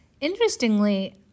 Interestingly